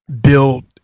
build